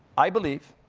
i believe